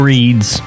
Reads